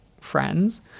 friends